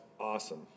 awesome